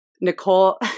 Nicole